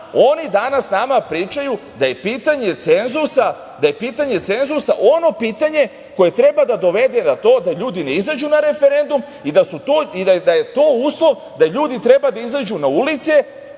oni danas nama pričaju da je pitanje cenzusa ono pitanje koje treba da dovede na to da ljudi ne izađu na referendum i da je to uslov da ljudi treba da izađu na ulice,